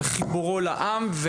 על חיבורו לעם,